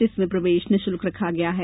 इसमें प्रवेश निःशुल्क रखा गया है